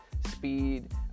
speed